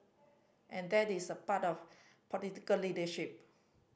and that is the part of politically leadership